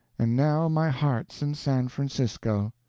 and now my heart's in san francisco!